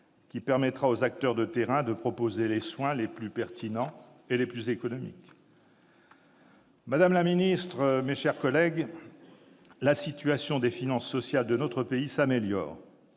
DMP, permettant aux acteurs de terrain de proposer les soins les plus pertinents et les plus économiques. Madame la ministre, mes chers collègues, la situation des finances sociales de notre pays s'améliore,